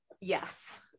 yes